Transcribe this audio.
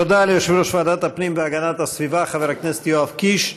תודה ליושב-ראש ועדת הפנים והגנת הסביבה חבר הכנסת יואב קיש.